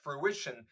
fruition